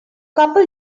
couple